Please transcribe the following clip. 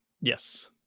Yes